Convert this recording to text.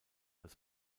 als